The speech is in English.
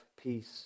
peace